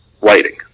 writing